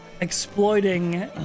exploiting